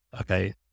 Okay